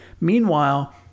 Meanwhile